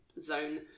zone